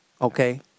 Okay